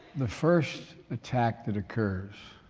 the first attack that occurs